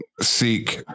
seek